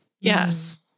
Yes